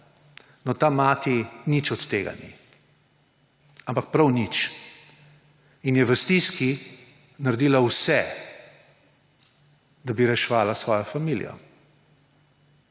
No, ta mati nič od tega ni. Ampak prav nič. V stiski je naredila vse, da bi reševala svojo familijo.